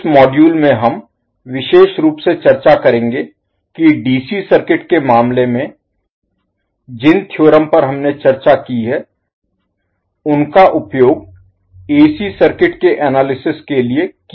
इस मॉड्यूल में हम विशेष रूप से चर्चा करेंगे कि डीसी सर्किट के मामले में जिन थ्योरम पर हमने चर्चा की है उनका उपयोग एसी सर्किट के एनालिसिस विश्लेषण Analysis के लिए किया जा सकता है